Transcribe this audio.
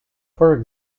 for